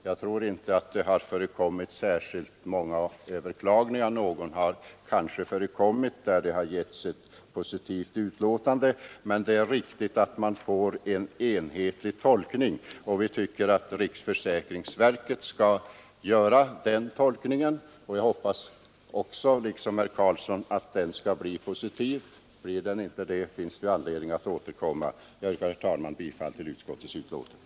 Jag tror inte att det har förekommit några överklaganden — kanske något, där ett positivt utlåtande avgivits — men det är viktigt att få en enhetlig tolkning. Vi vill inte lämna några anvisningar om hur lagen skall tolkas. Utskottet tycker att riksförsäkringsverket skall göra den tolkningen. Jag hoppas, liksom herr Karlsson, att den skall bli positiv. Blir den inte det, finns det anledning att återkomma. Herr talman! Jag yrkar bifall till utskottets hemställan.